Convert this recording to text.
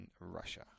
Russia